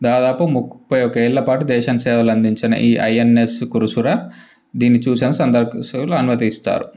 దాదాపు ముప్ఫై ఒక్క ఏళ్ళ పాటు దేశానికి సేవలు అందించిన ఈ ఐఎన్ఎస్ కుర్సురా దీన్ని చూసి సందర్శకులు అనుమతిస్తారు